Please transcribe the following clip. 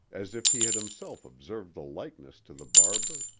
as if he had himself observed the likeness to the barber.